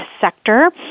sector